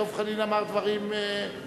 דב חנין אמר דברים שונים.